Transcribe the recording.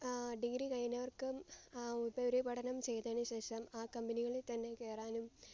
degree കഴിഞ്ഞവർക്കും ആ ഉപരിപഠനം ചെയ്തതിനു ശേഷം ആ കമ്പനികളിൽത്തന്നെ കയറാനും